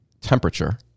temperature